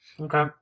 Okay